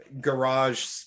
garage